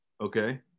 Okay